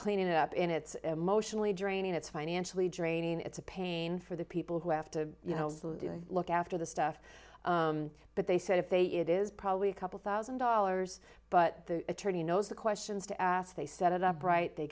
cleaning it up and it's emotionally draining it's financially draining it's a pain for the people who have to look after the stuff but they said if they it is probably a couple thousand dollars but the attorney knows the questions to ask they set it up right they